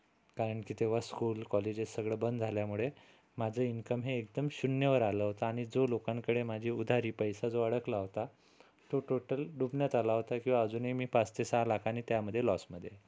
कारण की तेव्हा स्कूल कॉलेजेस सगळं बंद झाल्यामुळे माझं इन्कम हे एकदम शून्यावर आलं होतं आणि जो लोकांकडे माझी उधारी पैसा जो अडकला होता तो टोटल डुबण्यात आला होता किंवा अजूनही मी पाच ते सहा लाखाने त्यामध्ये लॉसमध्ये आहे